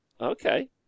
okay